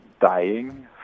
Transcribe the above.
dying